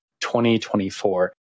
2024